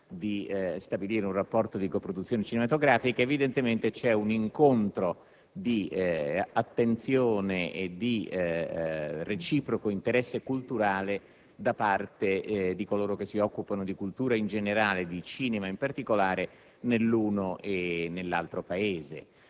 di stabilire un rapporto di coproduzione cinematografica; evidentemente, c’e un incontro di attenzione e di reciproco interesse culturale da parte di coloro che si occupano di cultura in generale, e di cinema in particolare, nell’uno e nell’altro Paese.